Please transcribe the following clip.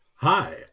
Hi